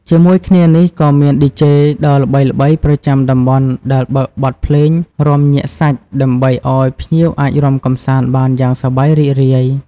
ជាមួយគ្នានេះ ក៏មាន ឌីជេ ដ៏ល្បីៗប្រចាំតំបន់ដែលបើកបទភ្លេងរាំញាក់សាច់ ដើម្បីឲ្យភ្ញៀវអាចរាំកម្សាន្តបានយ៉ាងសប្បាយរីករាយ។